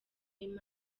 imwe